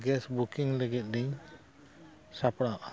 gas booking ᱞᱟᱹᱜᱤᱫ ᱞᱤᱧ ᱥᱟᱯᱲᱟᱜᱼᱟ